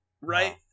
Right